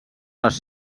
les